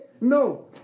No